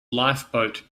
lifeboat